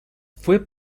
fue